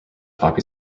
poppy